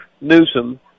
Newsom